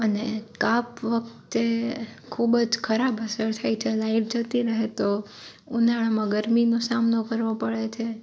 અને કાપ વખતે ખૂબ જ ખરાબ અસર થઈ જાય લાઈટ જતી રહે તો ઉનાળામાં ગરમીનો સામનો કરવો પડે છે